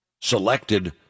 selected